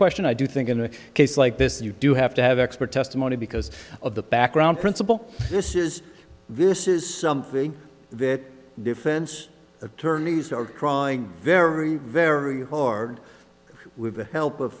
question i do think in a case like this you do have to have expert testimony because of the background principle this is this is something that defense attorneys are trying very very hard with the help of